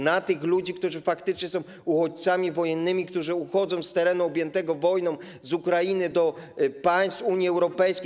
Na tych ludzi, którzy faktycznie są uchodźcami wojennymi, którzy uchodzą z terenu objętego wojną, z Ukrainy do państw Unii Europejskiej.